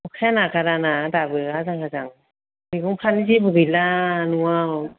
अखाया नागाराना दाबो आजां गाजां मैगंफ्रानो जेबो गैला न'आव